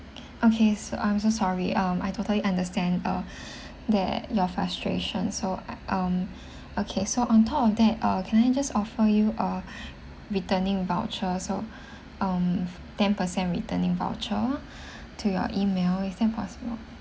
okay so I'm so sorry um I totally understand uh that your frustration so um okay so on top of that uh can I just offer you a returning voucher so um ten percent returning voucher to your email is that possible